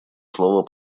слово